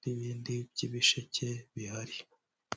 n'ibindi by'ibisheke bihari.